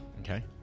Okay